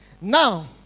Now